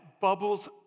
bubbles